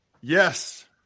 Yes